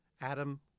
Adam